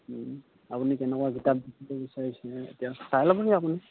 আপুনি কেনেকুৱা কিতাপ বিচাৰিছে এতিয়া চাই ল'বহি আপুনি